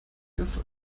ist